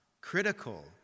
Critical